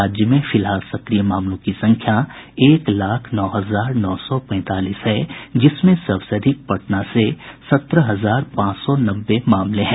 राज्य में फिलहाल सक्रिय मामलों की संख्या एक लाख नौ हजार नौ सौ पैंतालीस है जिसमें सबसे अधिक पटना से सत्रह हजार पांच सौ नब्बे मामले हैं